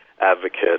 advocate